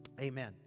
Amen